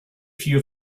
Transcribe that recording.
few